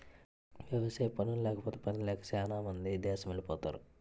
వ్యవసాయ పనుల్లేకపోతే పనిలేక సేనా మంది దేసమెలిపోతరు